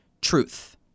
truth